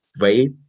wait